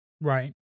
Right